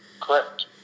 correct